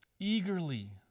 eagerly